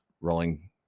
rolling